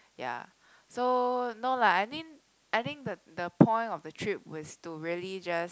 ya so no lah I think I think the the point of the trip is to really just